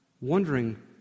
wondering